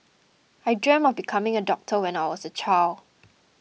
I dreamt of becoming a doctor when I was a child